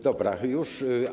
Dobra, już.